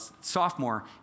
sophomore